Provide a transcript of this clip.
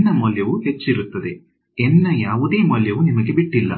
N ನ ಮೌಲ್ಯವು ಹೆಚ್ಚಿರುತ್ತದೆ N ನ ಯಾವುದೇ ಮೌಲ್ಯವು ನಿಮಗೆ ಬಿಟ್ಟಿಲ್ಲ